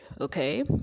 okay